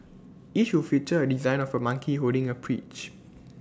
each will feature A design of A monkey holding A peach